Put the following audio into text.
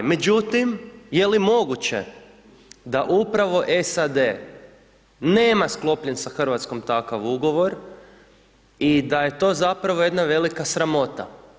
Međutim, je li moguće da upravo SAD nema sklopljen sa Hrvatskom takav ugovor i da je to zapravo jedna velika sramota.